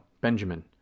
Benjamin